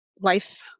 life